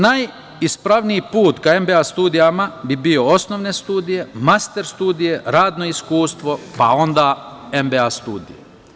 Najispravniji put ka MBA studijama bi bio osnovne studije, master studije, radno iskustvo, pa onda MBA studije.